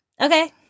okay